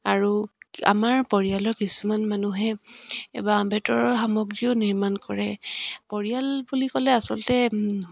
আৰু আমাৰ পৰিয়ালৰ কিছুমান মানুহে বাঁহ বেতৰ সামগ্ৰীও নিৰ্মাণ কৰে পৰিয়াল বুলি ক'লে আচলতে